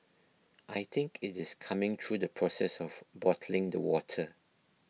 I think it is coming through the process of bottling the water